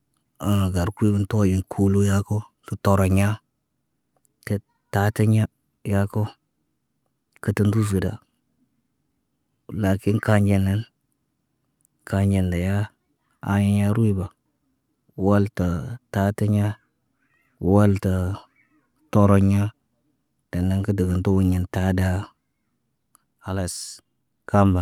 gar kul toyi kuulu yako, tə toriɲa. Ket taatiɲa, yaako. Kətən ruz gəda lakin kanɟe nan, kanɟe leya aaɲe ruyba. Wol tə taatiɲa, wol tə tooroɲa, en na kə dəgən tuguɲin taa ɗaa khalas kamba.